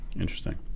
Interesting